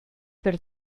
per